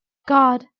god,